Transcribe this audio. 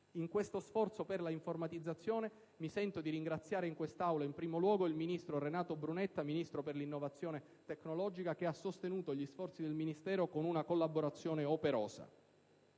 In questo sforzo per l'informatizzazione mi sento di ringraziare in quest'Aula in primo luogo il ministro per l'innovazione tecnologica, Renato Brunetta, che ha sostenuto gli sforzi del Ministero con una collaborazione operosa.